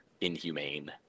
inhumane